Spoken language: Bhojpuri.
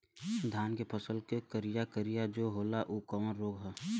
धान के फसल मे करिया करिया जो होला ऊ कवन रोग ह?